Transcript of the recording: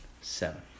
Seven